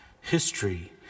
History